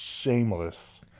shameless